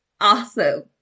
awesome